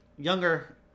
younger